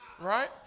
Right